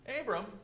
Abram